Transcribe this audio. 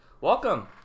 Welcome